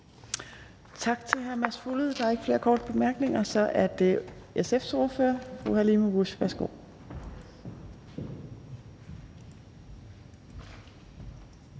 Tak til hr. Mads Fuglede. Der er ikke flere korte bemærkninger. Så er det SF's ordfører, fru Halime Oguz. Værsgo.